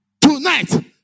Tonight